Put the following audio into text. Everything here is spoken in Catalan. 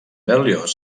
berlioz